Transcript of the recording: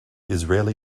israeli